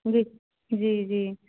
जी जी जी